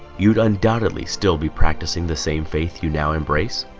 you'd undoubtedly still be practicing the same faith you now embrace